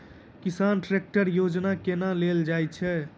किसान ट्रैकटर योजना केना लेल जाय छै?